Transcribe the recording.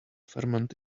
ferment